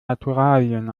naturalien